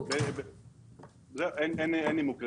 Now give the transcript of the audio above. אין נימוק רציני.